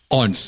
on